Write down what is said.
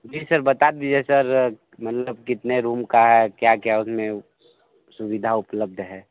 जी sir बता दीजिए sir मतलब कितने रूम का है क्या क्या उसमें सुविधा उपलब्ध है